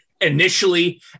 initially